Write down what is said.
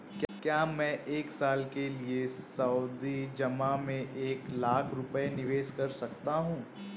क्या मैं एक साल के लिए सावधि जमा में एक लाख रुपये निवेश कर सकता हूँ?